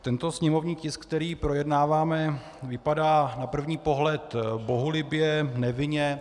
Tento sněmovní tisk, který projednáváme, vypadá na první pohled bohulibě, nevinně.